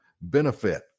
benefit